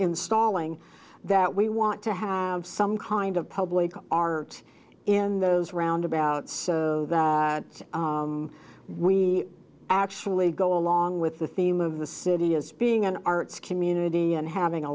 installing that we want to have some kind of public art in those roundabouts we actually go along with the theme of the city as being an arts community and having a